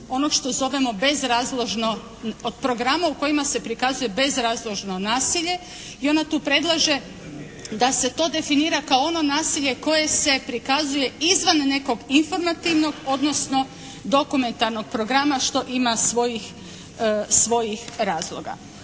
onog što zovemo bezrazložno, od programa u kojima se prikazuje bezrazložno nasilje. I ona tu predlaže da se to definira kao ono nasilje koje se prikazuje izvan nekog informativnog odnosno dokumentarnog programa što ima svojih razloga.